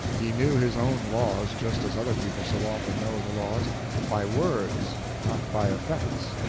he knew his own laws just as other people so often know the laws by words, not by effects.